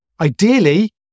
ideally